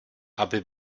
aby